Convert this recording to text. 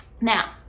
Now